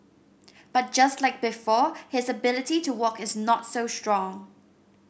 but just like before his ability to walk is not so strong